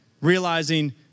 realizing